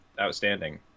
outstanding